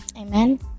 Amen